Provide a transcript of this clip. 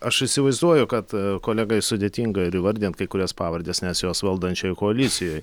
aš įsivaizduoju kad kolegai sudėtinga ir įvardint kai kurias pavardes nes jos valdančiojoj koalicijoj